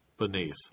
Beneath